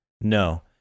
no